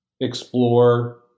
explore